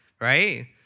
right